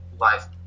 life